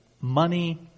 money